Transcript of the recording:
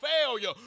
failure